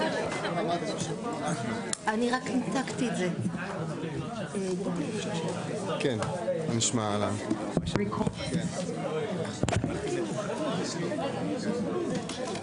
בשעה 14:10.